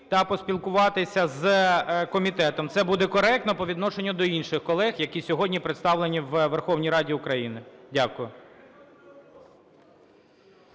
та поспілкуватися з комітетом. Це буде коректно по відношенню до інших колег, які сьогодні представлені в Верховній Раді України. Дякую.